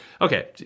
okay